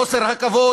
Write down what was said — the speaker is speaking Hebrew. את חוסר הכבוד,